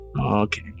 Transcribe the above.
okay